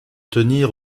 tenir